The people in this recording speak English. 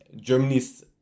Germany's